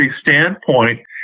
standpoint